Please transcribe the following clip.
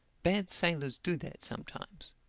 bad sailors do that sometimes.